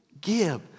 Give